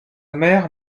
mère